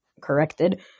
corrected